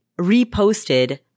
reposted